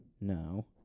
No